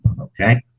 Okay